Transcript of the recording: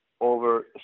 over